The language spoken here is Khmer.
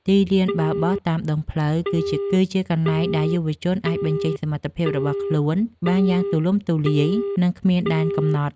ទីលានបាល់បោះតាមដងផ្លូវ គឺជាកន្លែងដែលយុវជនអាចបញ្ចេញសមត្ថភាពរបស់ខ្លួនបានយ៉ាងទូលំទូលាយ និងគ្មានដែនកំណត់។